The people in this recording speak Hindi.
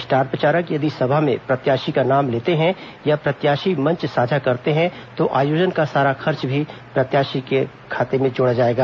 स्टार प्रचारक यदि सभा में प्रत्याषी का नाम लेते हैं या प्रत्याषी मंच साझा करते हैं तो आयोजन का सारा खर्च भी प्रत्याषी के खाते में जोड़ा जाएगा